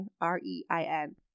R-E-I-N